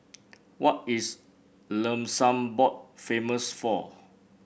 what is Luxembourg famous for